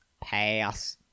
Pass